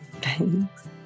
Thanks